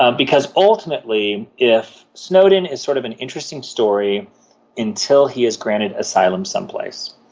um because ultimately if snowden is sort of an interesting story until he is granted asylum someplace,